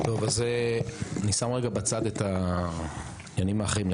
אני שם בצד את העניינים האחרים.